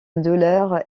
douleur